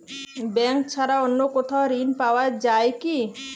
Bank ছাড়া অন্য কোথাও ঋণ পাওয়া যায় কি?